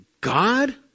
God